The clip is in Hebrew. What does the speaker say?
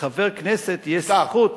לחבר הכנסת יש זכות